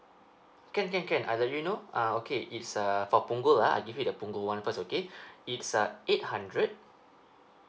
can can can I let you know uh okay is err for punggol ah I give you the punggol one first okay it's a eight hundred